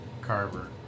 Carver